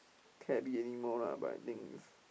cabby anymore lah but I think it's